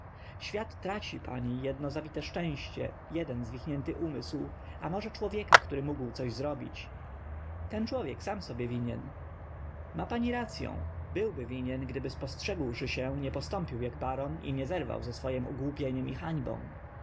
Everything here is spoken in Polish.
świat traci pani jedno zabite szczęście jeden zwichnięty umysł a może człowieka który mógł coś zrobić ten człowiek sam sobie winien ma pani racyą byłby winien gdyby spostrzegłszy się nie postąpił jak baron i nie zerwał ze swojem ogłupieniem i